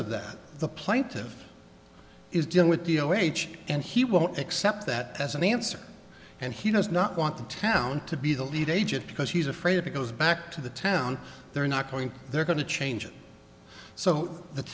of that the plaintive is dealing with deal wage and he won't accept that as an answer and he does not want the town to be the lead agent because he's afraid of it goes back to the town they're not going they're going to change it so th